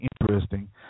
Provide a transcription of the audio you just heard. interesting